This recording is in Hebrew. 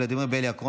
ולדימיר בליאק,